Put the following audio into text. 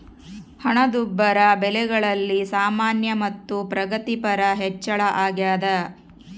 ಹಣದುಬ್ಬರ ಬೆಲೆಗಳಲ್ಲಿ ಸಾಮಾನ್ಯ ಮತ್ತು ಪ್ರಗತಿಪರ ಹೆಚ್ಚಳ ಅಗ್ಯಾದ